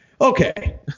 Okay